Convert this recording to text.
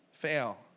fail